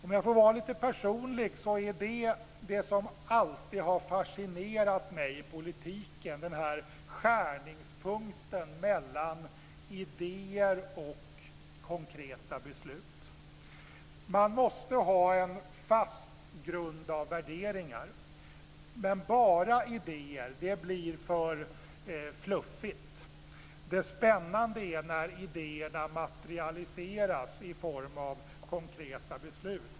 Om jag får vara lite personlig, är det detta som alltid har fascinerat mig i politiken, dvs. den här skärningspunkten mellan idéer och konkreta beslut. Man måste ha en fast grund av värderingar. Bara idéer blir för fluffigt. Det spännande är när idéerna materialiseras i form av konkreta beslut.